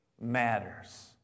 matters